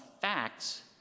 facts